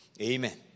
Amen